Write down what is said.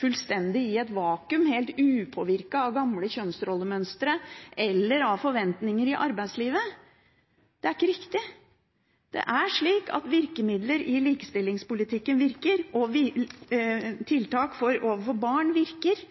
fullstendig i et vakuum helt upåvirket av gamle kjønnsrollemønstre, eller av forventninger i arbeidslivet, er ikke riktig. Det er sånn at virkemidler i likestillingspolitikken virker, og tiltak overfor barn virker,